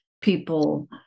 people